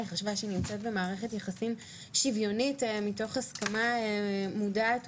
חשבה שהיא נמצאת במערכת יחסים שוויונית מתוך הסכמה ומרצון,